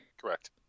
correct